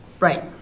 Right